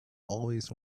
always